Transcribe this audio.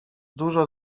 dużo